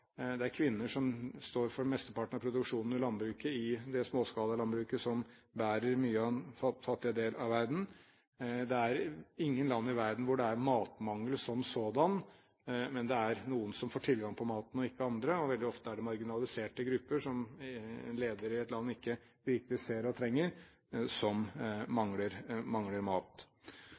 det er kvinner som står for mesteparten av produksjonen i det småskalalandbruket som bærer mye av den fattige delen av verden. Det er ingen land i verden hvor det er matmangel som sådan, men det er noen som får tilgang på maten og ikke andre. Veldig ofte er det marginaliserte grupper, som en leder i et land ikke ser hva trenger, som mangler mat.